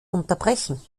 unterbrechen